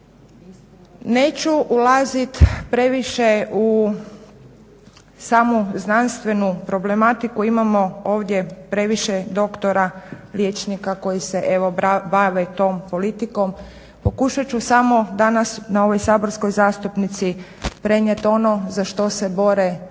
Neću ulazit previše u samu znanstvenu problematiku. Imamo ovdje previše doktora, liječnika koji se evo bave tom politikom. Pokušat ću samo danas na ovoj saborskoj zastupnici prenijet ono za što se bore roditelji